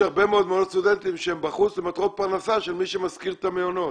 31) (סמכות רשות מקומית לתת פטור מארנונה למוסד מתנדב לשירות הציבור),